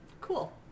Cool